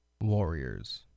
warriors